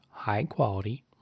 high-quality